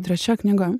trečia knyga